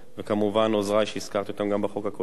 וכמובן לעוזרי שהזכרתי אותם גם בחוק הקודם,